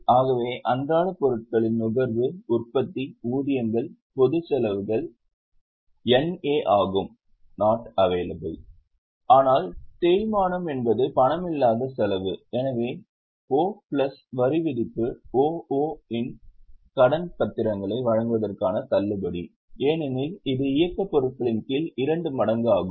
ஆகவே அன்றாட பொருட்கள் நுகர்வு உற்பத்தி ஊதியங்கள் பொதுச் செலவுகள் NA ஆகும் ஆனால் தேய்மானம் என்பது பணமில்லாத செலவு எனவே O பிளஸ் வரிவிதிப்பு OO இன் கடன் பத்திரங்களை வழங்குவதற்கான தள்ளுபடி ஏனெனில் இது இயக்கப் பொருட்களின் கீழ் இரண்டு மடங்கு ஆகும்